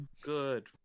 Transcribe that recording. Good